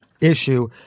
issue